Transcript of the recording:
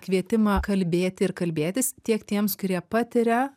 kvietimą kalbėti ir kalbėtis tiek tiems kurie patiria